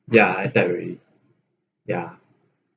ya I type already ya